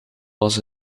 was